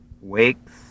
wakes